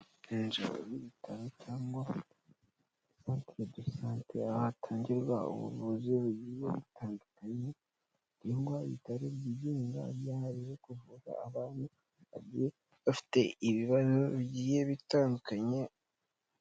Inzu y'ibitaro cyangwa centre de sante, ahatangirwa ubuvuzi bugiye butandukanye cyangwa ibitaro byigenga byihariwe kuvura abantu bagiye bafite ibibazo bigiye bitandukanye.